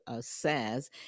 says